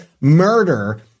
murder